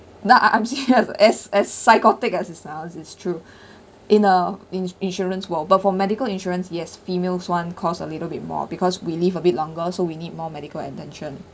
no ah I'm serious as as psychotic as it's ah it's true in a ins~ insurance world but for medical insurance yes females [one] cost a little bit more because we live a bit longer so we need more medical attention